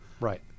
Right